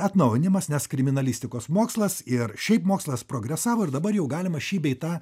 atnaujinimas nes kriminalistikos mokslas ir šiaip mokslas progresavo ir dabar jau galima šį bei tą